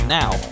now